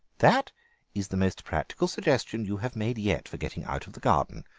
that is the most practical suggestion you have made yet for getting out of the garden,